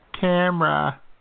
camera